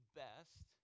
best